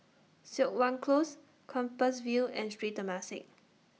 Siok Wan Close Compassvale and Sri Temasek